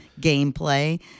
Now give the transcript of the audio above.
gameplay